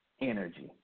energy